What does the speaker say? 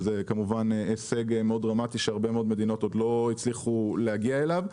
שזה כמובן הישג מאוד דרמטי שהרבה מאוד מדינות עוד לא הצליחו להגיע אליו.